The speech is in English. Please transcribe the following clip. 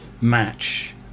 match